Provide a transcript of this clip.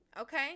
okay